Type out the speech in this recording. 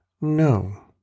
No